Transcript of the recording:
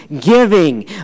giving